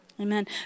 Amen